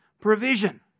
provision